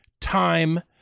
time